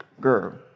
girl